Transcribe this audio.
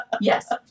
Yes